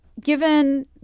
given